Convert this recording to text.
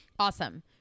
Awesome